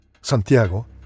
Santiago